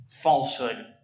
falsehood